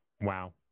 Wow